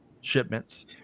shipments